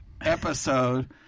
episode